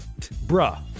Bruh